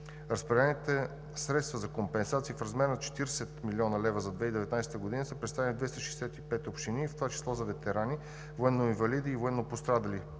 Разпределените средства за компенсации в размер на 40 млн. лв. за 2019 г. са предоставени на 265 общини, в това число за ветерани, военноинвалиди и военнопострадали